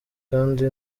kandi